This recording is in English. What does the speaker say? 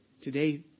Today